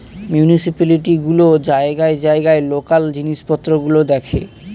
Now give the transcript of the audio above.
municipality গুলো জায়গায় জায়গায় লোকাল জিনিসপত্র গুলো দেখে